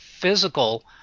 physical